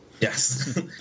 Yes